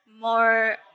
more